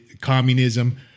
communism